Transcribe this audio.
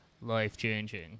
life-changing